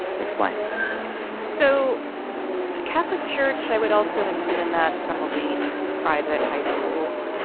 explain so the catholic church i would also include in that some elite private high schools.